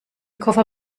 koffer